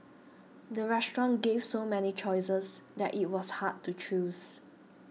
the restaurant gave so many choices that it was hard to choose